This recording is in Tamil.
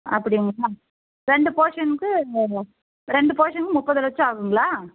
அப்படிங்களா ரெண்டு போஷன்ஸ்ஸு ரெண்டு போஷனுக்கு முப்பது லட்சம் ஆகுங்களா